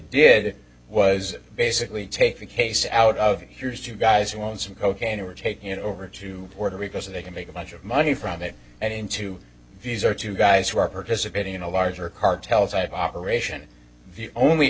did was basically take the case out of here's you guys you want some cocaine and we're taking it over to puerto rico so they can make a bunch of money from it and into these are two guys who are participating in a larger cartels have operation the only